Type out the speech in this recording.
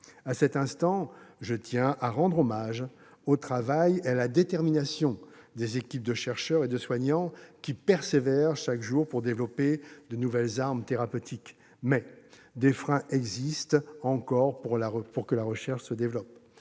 À cet instant, je tiens à rendre hommage au travail et à la détermination des équipes de chercheurs et de soignants qui persévèrent chaque jour pour développer de nouvelles armes thérapeutiques. Pourtant, des freins au développement de la recherche existent